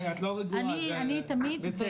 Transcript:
את לא רגועה ובצדק.